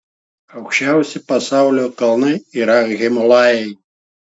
aukščiausi pasaulio kalnai yra himalajai